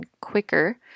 quicker